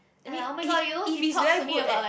I mean he if he's very good at